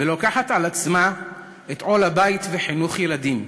ולוקחת על עצמה את עול הבית וחינוך הילדים.